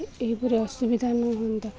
ଏହିପରି ଅସୁବିଧା ନହୁଅନ୍ତା